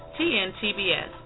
TNTBS